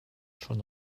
schon